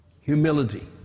Humility